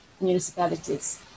municipalities